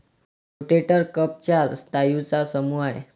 rotator cuff चार स्नायूंचा समूह आहे